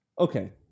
Okay